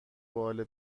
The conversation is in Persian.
باله